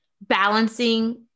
balancing